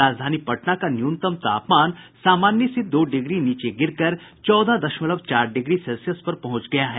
राजधानी पटना का न्यूनतम तापमान सामान्य से दो डिग्री नीचे गिरकर चौदह दशमलव चार डिग्री सेल्सियस पर पहुंच गया है